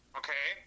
okay